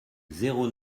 zéro